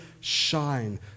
shine